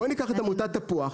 בואי ניקח את עמותת תפוח.